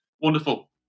Wonderful